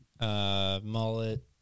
mullet